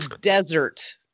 desert